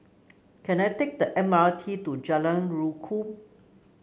can I take the M R T to Jalan Rukam